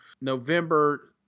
November